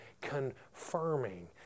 confirming